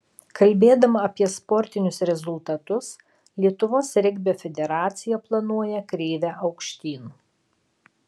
kalbėdama apie sportinius rezultatus lietuvos regbio federacija planuoja kreivę aukštyn